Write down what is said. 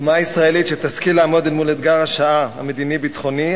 אומה ישראלית שתשכיל לעמוד מול אתגר השעה המדיני-ביטחוני,